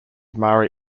mare